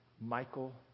Michael